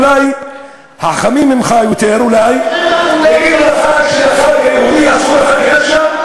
ואני מאמין שליהודים אין זכות במסגד אל-אקצא.